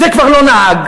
זה כבר לא נהג,